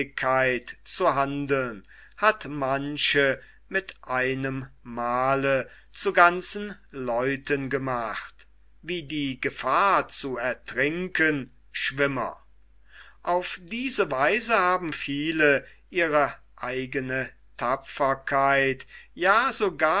zu handeln hat manche mit einem male zu ganzen leuten gemacht wie die gefahr zu ertrinken schwimmer auf diese weise haben viele ihre eigene tapferkeit ja sogar